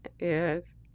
Yes